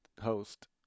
host